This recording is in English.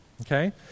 okay